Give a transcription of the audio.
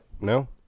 No